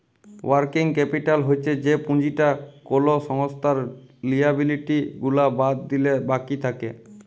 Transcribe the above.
working capital হচ্ছ যে পুঁজিটা কোলো সংস্থার লিয়াবিলিটি গুলা বাদ দিলে বাকি থাক্যে